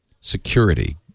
security